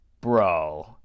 bro